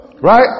Right